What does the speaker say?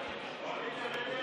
קבוצת סיעת יהדות